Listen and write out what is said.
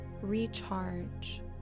recharge